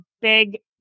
big